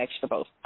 vegetables